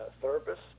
therapist